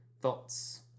Thoughts